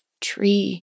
tree